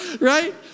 right